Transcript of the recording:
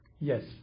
yes